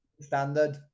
Standard